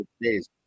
days